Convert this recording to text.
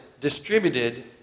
distributed